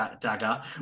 dagger